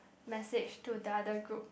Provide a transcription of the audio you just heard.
message to the other group